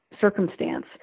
circumstance